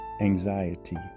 anxiety